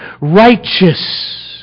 righteous